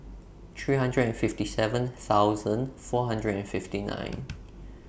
three hundred and fifty seven thousand four hundred and fifty nine